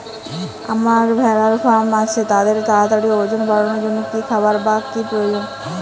আমার ভেড়ার ফার্ম আছে তাদের তাড়াতাড়ি ওজন বাড়ানোর জন্য কী খাবার বা কী প্রয়োজন?